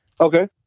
Okay